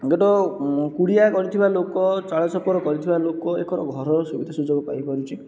ଗୋଟିଏ କୁଡ଼ିଆ କରିଥିବା ଲୋକ ଚାଳ ଛପର କରିଥିବା ଲୋକ ଏକର ଘରର ସୁବିଧା ସୁଯୋଗ ପାଇପାରୁଛି